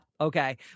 Okay